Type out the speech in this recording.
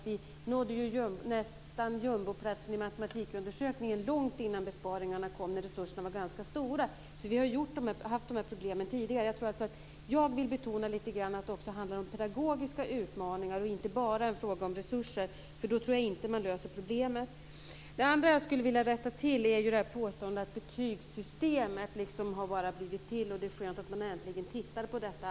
Vi nådde nästan jumboplatsen i matematikundersökningen och det var långt innan besparingarna kom och när resurserna var ganska stora, så vi har haft de här problemen tidigare. Jag vill betona att det också handlar om pedagogiska utmaningar. Det är alltså inte bara fråga om resurser, för då tror jag inte att man löser problemen. Sedan skulle jag vilja rätta till i följande avseende. Det gäller påståendet att betygssystemet liksom bara har blivit till och att det är skönt att man äntligen allvarligt tittar på detta.